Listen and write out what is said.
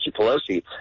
Pelosi